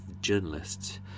journalists